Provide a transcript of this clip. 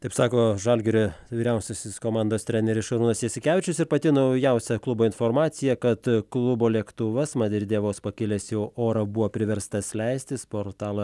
taip sako žalgirio vyriausiasis komandos treneris šarūnas jasikevičius ir pati naujausia klubo informacija kad klubo lėktuvas madride vos pakilęs į orą buvo priverstas leistis portalo